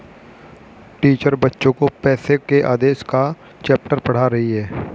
teacher बच्चो को पैसे के आदेश का चैप्टर पढ़ा रही हैं